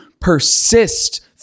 persist